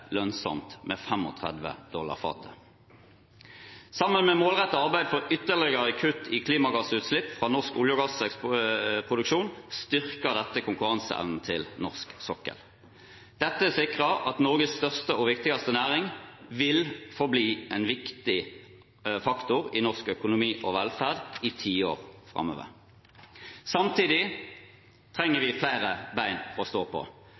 lønnsomt med 35 dollar fatet. Sammen med målrettet arbeid for ytterligere kutt i klimagassutslipp fra norsk olje- og gassproduksjon styrker dette konkurranseevnen til norsk sokkel. Dette sikrer at Norges største og viktigste næring vil forbli en viktig faktor i norsk økonomi og velferd i tiår framover. Samtidig trenger vi flere bein å stå på.